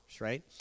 right